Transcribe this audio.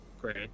great